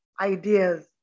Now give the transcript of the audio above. ideas